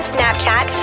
Snapchat